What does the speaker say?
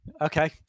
Okay